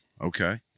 Okay